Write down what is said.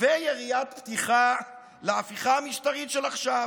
ויריית פתיחה להפיכה המשטרית של עכשיו.